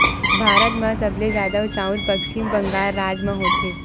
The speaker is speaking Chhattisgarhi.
भारत म सबले जादा चाँउर पस्चिम बंगाल राज म होथे